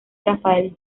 rafael